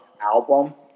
album